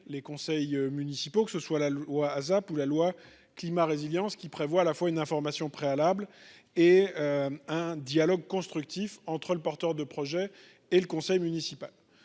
les conseils municipaux, qu'il s'agisse de la loi Asap ou de la loi Climat et résilience, qui prévoit à la fois une information préalable et un dialogue constructif entre le porteur de projet et le conseil municipal.